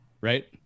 Right